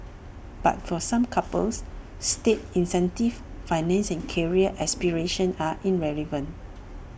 but for some couples state incentives finances and career aspirations are irrelevant